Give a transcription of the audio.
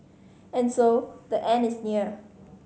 and so the end is near